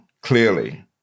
clearly